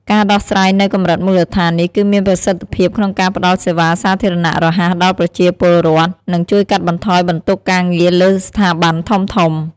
ការដោះស្រាយនៅកម្រិតមូលដ្ឋាននេះ គឺមានប្រសិទ្ធភាពក្នុងការផ្តល់សេវាសាធារណៈរហ័សដល់ប្រជាពលរដ្ឋ និងជួយកាត់បន្ថយបន្ទុកការងារលើស្ថាប័នធំៗ។